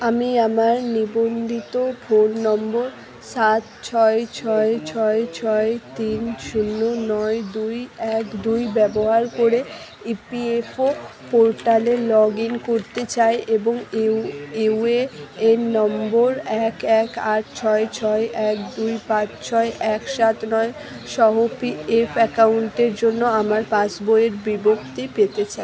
আমি আমার নিবন্ধিত ফোন নম্বর সাত ছয় ছয় ছয় ছয় তিন শূন্য নয় দুই এক দুই ব্যবহার করে ইপিএফও পোর্টালে লগ ইন করতে চাই এবং ইউ ইউএএন নম্বর এক এক আট ছয় ছয় এক দুই পাঁচ ছয় এক সাত নয় সহ পিএফ অ্যাকাউন্টের জন্য আমার পাসবইয়ের বিবৃতি পেতে চাই